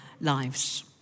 lives